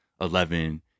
Eleven